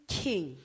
king